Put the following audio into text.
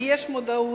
כי יש מודעות,